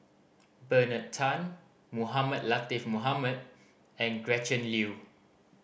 Bernard Tan Mohamed Latiff Mohamed and Gretchen Liu